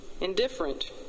indifferent